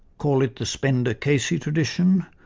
call it the spender-casey tradition,